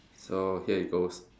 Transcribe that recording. so here it goes